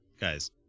guys